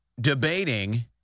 Debating